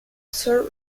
sir